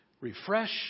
refresh